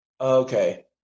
Okay